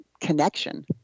connection